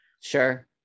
Sure